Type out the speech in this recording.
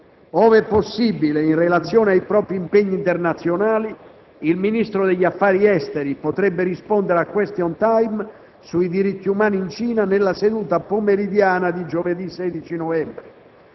Ove possibile, in relazione ai propri impegni internazionali, il Ministro degli affari esteri potrebbe rispondere al *question time* sui diritti umani in Cina nella seduta pomeridiana di giovedì 16 novembre.